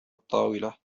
الطاولة